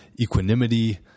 equanimity